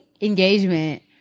engagement